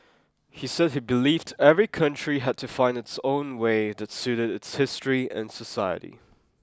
he said he believed every country had to find its own way that suited its history and society